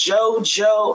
JoJo